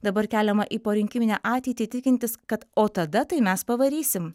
dabar keliama į porinkiminę ateitį tikintis kad o tada tai mes pavarysim